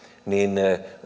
niin